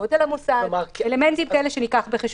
גודל המוסד אלמנטים כאלה שניקח בחשבון.